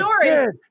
story